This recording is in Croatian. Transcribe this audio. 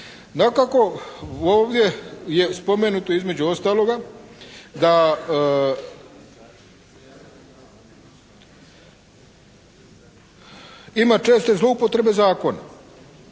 Dakako, ovdje je spomenuto između ostaloga da ima česte zloupotrebe zakona